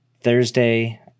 Thursday